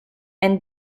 and